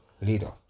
leader